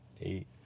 eight